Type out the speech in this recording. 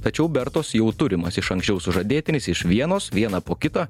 tačiau bertos jau turimas iš anksčiau sužadėtinis iš vienos vieną po kito